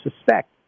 suspect